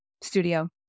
Studio